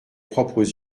propres